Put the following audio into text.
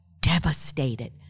devastated